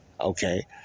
Okay